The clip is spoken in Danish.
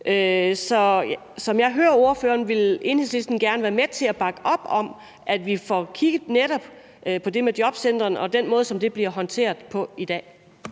ordføreren, vil Enhedslisten gerne være med til at bakke op om, at vi får kigget netop på det med jobcentrene og den måde, som det bliver håndteret på i dag.